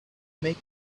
make